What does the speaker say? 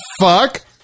fuck